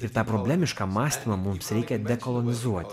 ir tą problemišką mąstymą mums reikia kolonizuoti